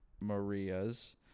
maria's